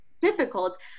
difficult